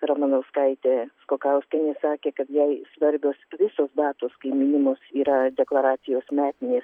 ramanauskaitė skokauskienė sakė kad jai svarbios visos datos kai minimos yra deklaracijos metinės